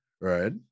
right